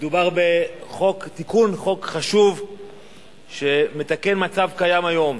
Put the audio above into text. מדובר בתיקון חוק חשוב שמתקן מצב קיים היום.